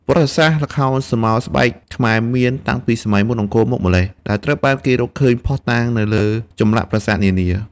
ប្រវត្តិសាស្ត្រល្ខោនស្រមោលស្បែកខ្មែរមានតាំងពីសម័យមុនអង្គរមកម្ល៉េះ ដែលត្រូវបានគេរកឃើញភស្តុតាងនៅលើចម្លាក់ប្រាសាទនានា។